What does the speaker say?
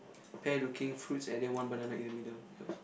pear looking fruits and then one banana in the middle yours